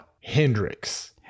Hendrix